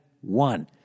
one